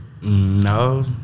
no